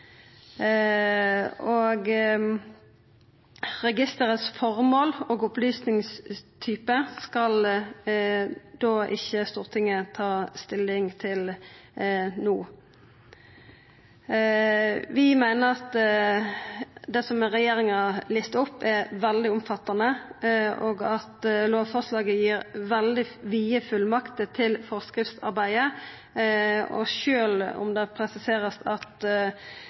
Registerets formål og opplysningstype skal ikkje Stortinget ta stilling til no. Vi meiner at det som regjeringa listar opp, er veldig omfattande, og at lovforslaget gir veldig vide fullmakter til forskriftsarbeidet, sjølv om det vert presisert at